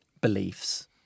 beliefs